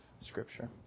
scripture